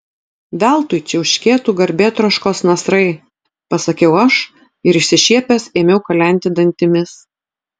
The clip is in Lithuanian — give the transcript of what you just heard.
veltui čiauškėtų garbėtroškos nasrai pasakiau aš ir išsišiepęs ėmiau kalenti dantimis